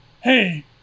hey